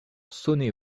sonner